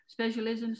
specialisms